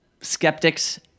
skeptics